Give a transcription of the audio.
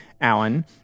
Alan